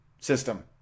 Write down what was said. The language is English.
system